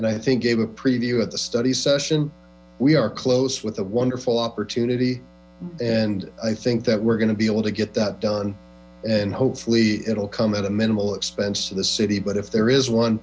and i think gave a preview at the study session we are close with a wonderful opportunity and i think that we're gonna be able to get that done and hopefully it'll come at a minimal expense to the city but if there is one